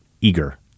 eager